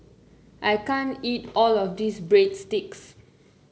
I can't eat all of this Breadsticks